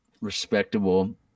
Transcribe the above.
respectable